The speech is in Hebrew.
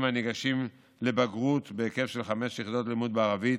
הניגשים לבגרות בהיקף של חמש יחידות לימוד בערבית,